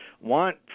want